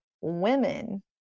women